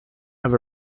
have